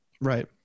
Right